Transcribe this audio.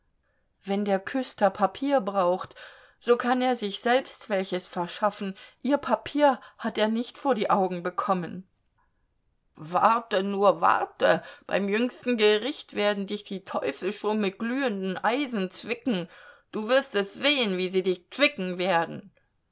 wenn der küster papier braucht so kann er sich selbst welches verschaffen ihr papier hat er nicht vor die augen bekommen warte nur warte beim jüngsten gericht werden dich die teufel schon mit glühenden eisen zwicken du wirst es sehen wie sie dich zwicken werden